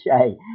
Okay